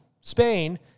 Spain